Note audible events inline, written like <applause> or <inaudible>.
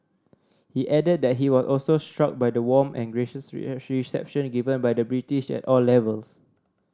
he added that he was also struck by the warm and gracious <unintelligible> reception given by the British at all levels